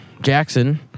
Jackson